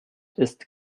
ist